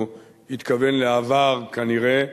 הוא התכוון לעבר, כנראה.